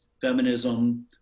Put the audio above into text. feminism